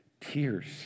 tears